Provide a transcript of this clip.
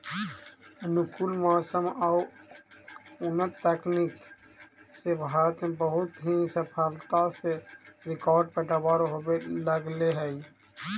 अनुकूल मौसम आउ उन्नत तकनीक से भारत में बहुत ही सफलता से रिकार्ड पैदावार होवे लगले हइ